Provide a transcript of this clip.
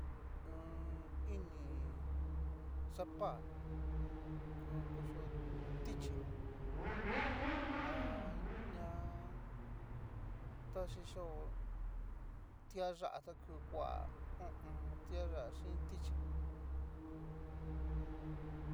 ini sapa ku kucio tichí aña ta xhichao tiayá ta ku kua ho o on. ti ayá xin tichí.